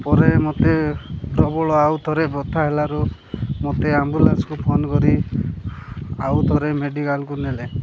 ପରେ ମୋତେ ପ୍ରବଳ ଆଉ ଥରେ ବଥା ହେଲାରୁ ମୋତେ ଆମ୍ବୁଲାନ୍ସକୁ ଫୋନ କରି ଆଉ ଥରେ ମେଡ଼ିକାଲକୁ ନେଲେ